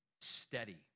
steady